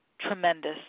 tremendous